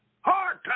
hard